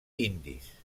indis